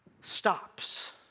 stops